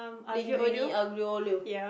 linguine aglio-olio